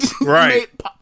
right